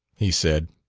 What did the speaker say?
he said.